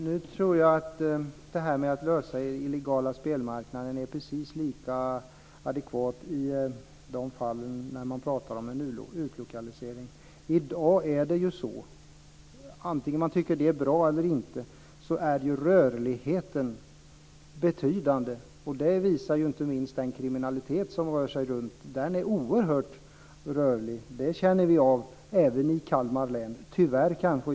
Fru talman! Jag tror att frågan om att lösa problemen med den illegala spelmarknaden är lika adekvat i de fall man pratar om utlokalisering. Antingen man tycker att det är bra eller inte är rörligheten i dag betydande. Det visar inte minst kriminaliteten. Den är oerhört rörlig. Det känner vi av även i Kalmar län, tyvärr.